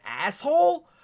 asshole